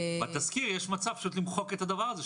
--- בתזכיר יש מצב פשוט למחוק את הדבר הזה,